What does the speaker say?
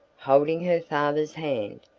holding her father's hand,